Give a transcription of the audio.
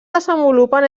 desenvolupen